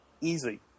easy